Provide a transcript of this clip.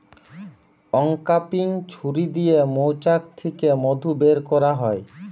uncapping ছুরি দিয়ে মৌচাক থিকে মধু বের কোরা হয়